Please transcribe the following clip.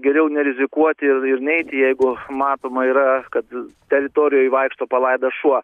geriau nerizikuoti ir ir neiti jeigu matoma yra kad teritorijoj vaikšto palaidas šuo